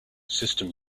system